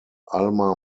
alma